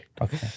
Okay